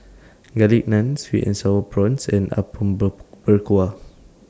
Garlic Naan Sweet and Sour Prawns and Apom Berkuah